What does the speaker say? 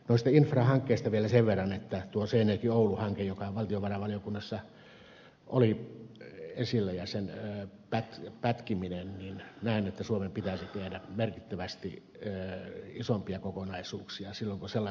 noista infrahankkeista vielä sen verran että seinäjokioulu hankkeen osalta joka valtiovarainvaliokunnassa oli esillä ja sen pätkiminen näen että suomen pitäisi tehdä merkittävästi isompia kokonaisuuksia silvosella